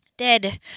dead